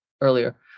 earlier